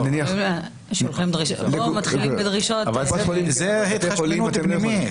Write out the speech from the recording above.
זאת התחשבנות פנימית.